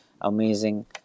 amazing